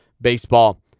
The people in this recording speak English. baseball